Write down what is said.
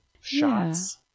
shots